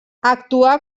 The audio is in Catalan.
actuà